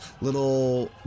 little